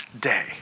day